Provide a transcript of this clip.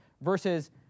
versus